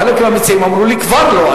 חלק מהמציעים אמרו לי כבר לא,